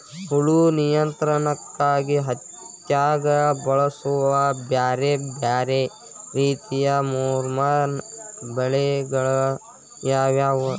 ಹುಳು ನಿಯಂತ್ರಣಕ್ಕಾಗಿ ಹತ್ತ್ಯಾಗ್ ಬಳಸುವ ಬ್ಯಾರೆ ಬ್ಯಾರೆ ರೇತಿಯ ಪೋರ್ಮನ್ ಬಲೆಗಳು ಯಾವ್ಯಾವ್?